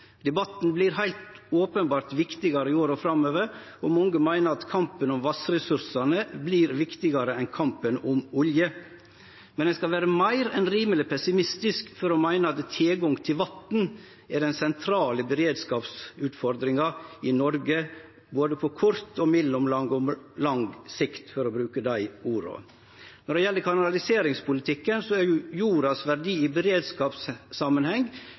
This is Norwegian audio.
Debatten vert heilt openbert viktigare i åra framover, og mange meiner at kampen om vassressursane vert viktigare enn kampen om olje. Men ein skal vere meir enn rimeleg pessimistisk for å meine at tilgang til vatn er den sentrale beredskapsutfordringa i Noreg, på både kort, mellomlang og lang sikt, for å bruke dei orda. Når det gjeld kanaliseringspolitikken, er jordas verdi i beredskapssamanheng